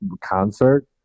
concert